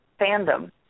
fandom